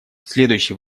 следующий